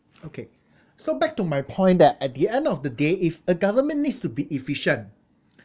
okay so back to my point that at the end of the day if a government needs to be efficient